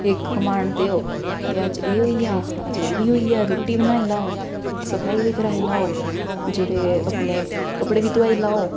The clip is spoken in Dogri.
इक कमांड देओ ते अज्ज एह् होई गेआ अज्ज ओह् बी होई गेआ रुट्टी बनाई लैओ सफाई बी कराई लैओ जेह्ड़े अपने कपड़े बी धोआई लैओ